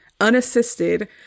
unassisted